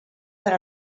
per